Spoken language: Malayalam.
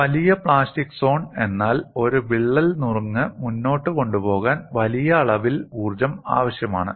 ഒരു വലിയ പ്ലാസ്റ്റിക് സോൺ എന്നാൽ ഒരു വിള്ളൽ നുറുങ്ങ് മുന്നോട്ട് കൊണ്ടുപോകാൻ വലിയ അളവിൽ ഊർജ്ജം ആവശ്യമാണ്